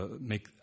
make